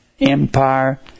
empire